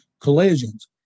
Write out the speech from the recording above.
collisions